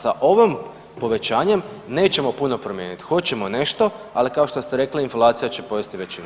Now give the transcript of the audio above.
Sa ovim povećanjem nećemo puno promijeniti, hoćemo nešto, ali kao što ste rekli inflacija će pojesti većinu